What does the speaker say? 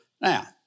Now